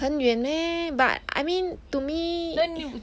很远 meh but I mean to me